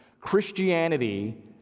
Christianity